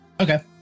Okay